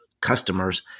customers